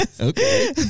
Okay